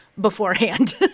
beforehand